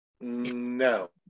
No